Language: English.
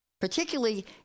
particularly